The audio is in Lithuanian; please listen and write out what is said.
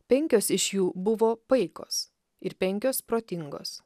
penkios iš jų buvo paikos ir penkios protingos